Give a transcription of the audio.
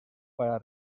para